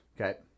Okay